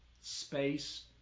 space